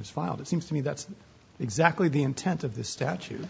is filed it seems to me that's exactly the intent of the statute